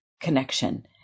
connection